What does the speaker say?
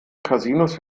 casinos